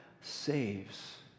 saves